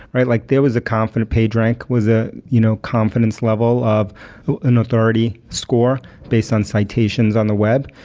right? like there was a confident pagerank, was a you know confidence level of an authority score based on citations on the web,